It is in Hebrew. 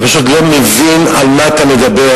אתה פשוט לא מבין על מה אתה מדבר.